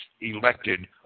elected